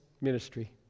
ministry